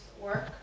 work